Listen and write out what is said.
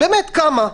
באמת, כמה?